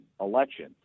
election